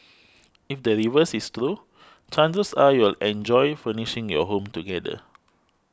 if the reverse is true chances are you'll enjoy furnishing your home together